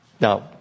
Now